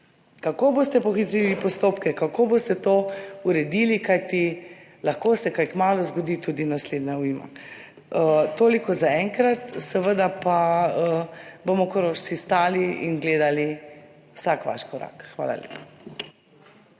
Kako boste pohitrili postopke, kako boste to uredili, kajti lahko se kaj kmalu zgodi tudi naslednja ujma? Toliko zaenkrat. Seveda pa bomo Korošci stali in gledali vsak vaš korak. Hvala lepa.